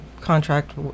contract